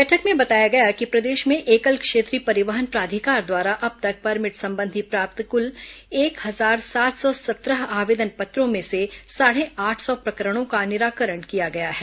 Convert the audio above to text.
बैठक में बताया गया कि प्रदेश में एकल क्षेत्रीय परिवहन प्राधिकार द्वारा अब तक परमिट संबंधी प्राप्त कुल एक हजार सात सौ सत्रह आवेदन पत्रों में से साढ़े आठ सौ प्रकरणों का निराकरण किया गया है